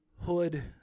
Hood